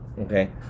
okay